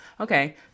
okay